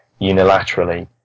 unilaterally